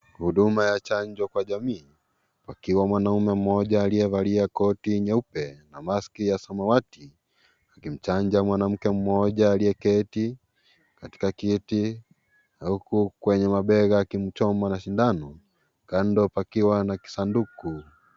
Huduma ya chanjo kwa jamii, pakiwa mwanaume mmoja aliyevalia koti nyeupe na maski ya samawati, akimchanja mwamamke mmoja aliye keti katika kiti, huku kwenye mabega akimchoma na sindano, kando pakiwa na kisanduku.